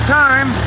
time